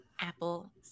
apple